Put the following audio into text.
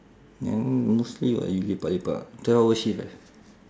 then mostly what you lepak lepak ah twelve hour shift eh